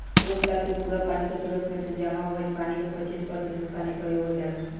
एक साल के पूरा पानी के स्रोत में से जामा भईल पानी के पच्चीस प्रतिशत पानी प्रयोग हो जाला